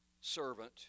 servant